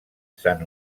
sant